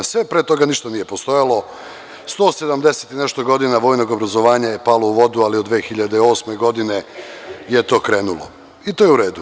Sve pre toga ništa nije postojalo, 170 i nešto godina vojnog obrazovanja je palo u vodu, ali od 2008. godine je to krenulo i to je u redu.